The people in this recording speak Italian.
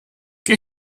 che